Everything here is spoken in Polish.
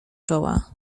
czoła